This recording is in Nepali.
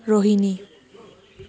रोहिनी